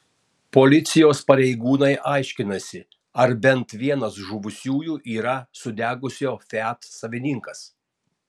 policijos pareigūnai aiškinasi ar bent vienas žuvusiųjų yra sudegusio fiat savininkas